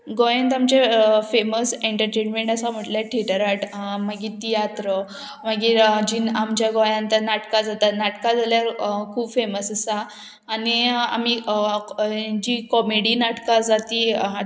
गोंयांत आमचे famous entertainment आसा म्हटल्यार थिएटर आर्ट मागीर तियात्र मागीर जी आमच्या गोंयांत नाटकां जाता नाटकां जाल्यार खूब फेमस आसा आनी आमी जी कॉमेडी नाटकां जाती हाट